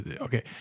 Okay